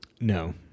No